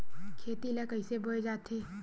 खेती ला कइसे बोय जाथे?